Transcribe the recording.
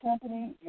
company